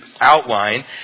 outline